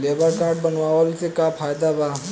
Labour card बनवाला से का फायदा बा?